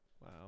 Wow